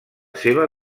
seva